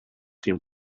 team